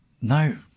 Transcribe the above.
No